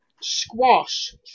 Squash